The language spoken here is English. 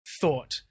thought